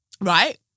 right